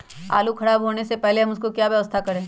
आलू खराब होने से पहले हम उसको क्या व्यवस्था करें?